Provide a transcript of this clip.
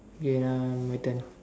ya my turn